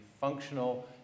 functional